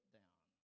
down